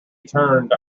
turned